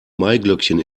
maiglöckchen